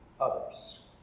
others